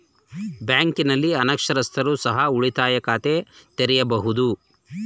ಬ್ಯಾಂಕಿನಲ್ಲಿ ಅನಕ್ಷರಸ್ಥರು ಸಹ ಉಳಿತಾಯ ಖಾತೆ ತೆರೆಯಬಹುದು?